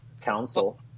Council